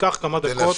זה ייקח כמה דקות.